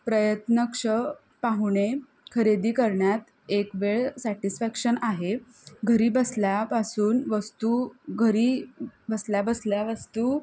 प्रयत्नक्ष पाहुणे खरेदी करण्यात एक वेळ सॅटिस्फॅक्शन आहे घरी बसल्यापासून वस्तू घरी बसल्या बसल्या वस्तू